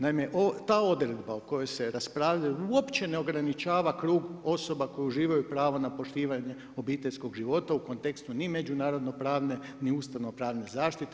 Naime, ta odredba o kojoj se raspravlja, uopće ne ograničava krug osoba koje uživaju pravo na poštivanje obiteljskog života, u kontekstu ni međunarodno pravne, ni ustavno pravne zaštite.